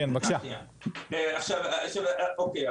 אוקיי.